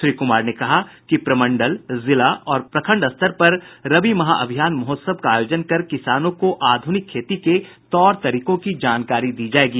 श्री कुमार ने कहा कि प्रमंडल जिला और प्रखंड स्तर पर रबी महा अभियान महोत्सव का आयोजन कर किसानों को आधुनिक खेती के तौर तरीकों की जानकारी दी जायेगी